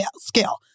scale